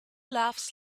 laughs